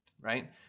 Right